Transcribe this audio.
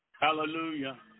Hallelujah